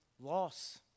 loss